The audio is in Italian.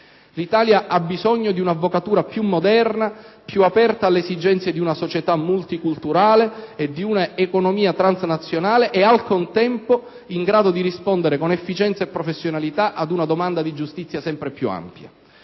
L'Italia ha bisogno di un'avvocatura più moderna, più aperta alle esigenze di una società multiculturale e di un'economia transnazionale e, al contempo, in grado di rispondere con efficienza e professionalità ad una domanda di giustizia sempre più ampia.